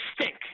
stink